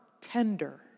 tender